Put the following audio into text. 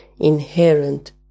inherent